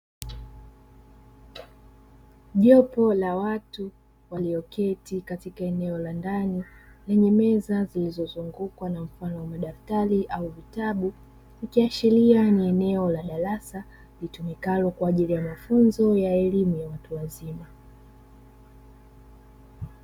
Jopo la watu walioketi katika eneo la ndani, lenye meza zilizozungukwa na mfano wa madftari ama vitabu, ikiashiria ni eneo la darasa litumikalo kwa ajili ya mafunzo ya elimu ya watu wazima.